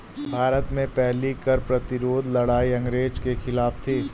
भारत में पहली कर प्रतिरोध लड़ाई अंग्रेजों के खिलाफ थी